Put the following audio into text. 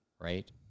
right